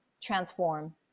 transform